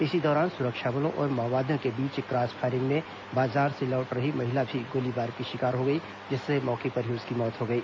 इसी दौरान सुरक्षा बलों और माओवादियों के बीच क्रॉस फायरिंग में बाजार से लौट रही महिला भी गोलीबारी की शिकार हो गईं जिससे मौके पर ही उसकी मौत हो गई